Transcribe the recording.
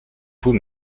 vous